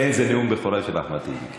כן, זה נאום בכורה של אחמד טיבי.